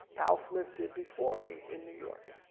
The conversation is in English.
al smith did before me in new york.